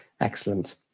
Excellent